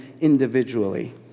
individually